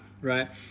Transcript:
right